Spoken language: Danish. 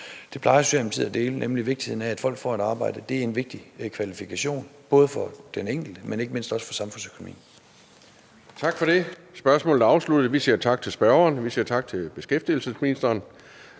Det plejer Socialdemokratiet at dele, nemlig vigtigheden af, at folk får et arbejde. Det er en vigtig kvalifikation – både for den enkelte, men ikke mindst også for samfundsøkonomien. Kl. 14:52 Anden næstformand (Kristian Pihl Lorentzen): Tak for det. Spørgsmålet er afsluttet. Vi siger tak til spørgeren, og vi siger tak til beskæftigelsesministeren.